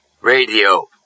radio